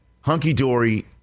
hunky-dory